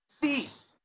Cease